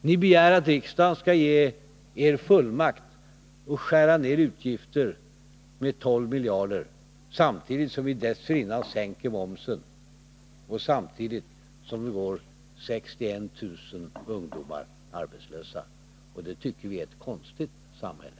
Ni begär att riksdagen skall ge er fullmakt att skära ner utgifterna med 12 miljarder samtidigt som ni sänker momsen och samtidigt som 61 000 ungdomar går arbetslösa. Det tycker vi är ett konstigt samhälle.